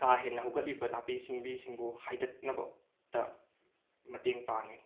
ꯀꯥ ꯍꯦꯟꯅ ꯍꯧꯒꯠꯂꯤꯕ ꯅꯥꯄꯤ ꯁꯤꯡꯕꯤꯁꯤꯡꯕꯨ ꯍꯥꯏꯗꯠꯅꯕꯗ ꯃꯇꯦꯡ ꯄꯥꯡꯉꯦ